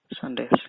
Sundays